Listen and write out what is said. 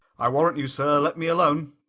i warrant you, sir let me alone.